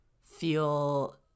feel